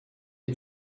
est